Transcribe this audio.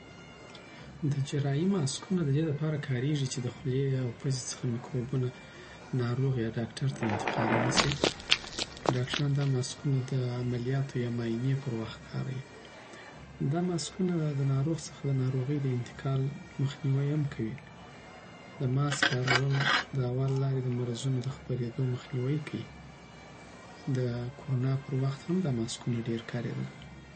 د جراحي ماسک د دې لپاره کارېږي چې د خولې او پزې څخه میکروبونه ناروغ اویا ډاکتر ته انتقال نسی ډاکټران دا ماسکونه د عملیاتو یا معاینې پر وخت کاروي. دا ماسکونه د ناروغ څخه د ناروغۍ د انتقال مخنیوی هم کوي. د ماسک کارول د هوا د لارې دمرضونو دخپریدو مخنیوی کوی د کورونا پر وخت هم دا ماسکونه ډېر کاریدل